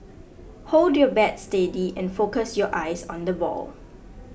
hold your bats steady and focus your eyes on the ball